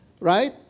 Right